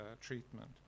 treatment